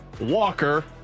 Walker